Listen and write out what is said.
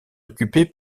occupée